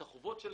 את החובות שלהם,